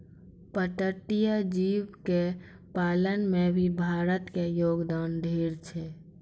पर्पटीय जीव के पालन में भी भारत के योगदान ढेर छै